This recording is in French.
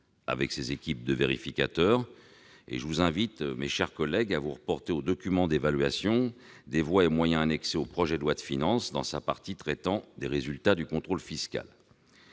avec ses équipes de vérificateurs. Je vous invite, mes chers collègues, à vous reporter au document d'évaluation des voies et moyens, en annexe du projet de loi de finances, et notamment à la partie consacrée aux résultats du contrôle fiscal.